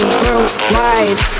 worldwide